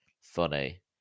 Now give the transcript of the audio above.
funny